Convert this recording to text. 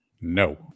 No